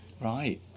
Right